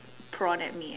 prawn at me leh